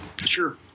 Sure